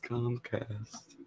Comcast